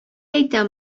әйтә